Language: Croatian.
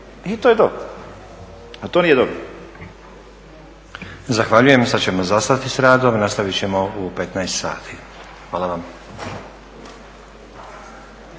A to nije dobro. **Stazić, Nenad (SDP)** Zahvaljujem. Sad ćemo zastati s radom i nastavit ćemo u 15,00 sati. Hvala vam.